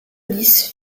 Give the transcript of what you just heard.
lisse